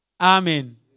amen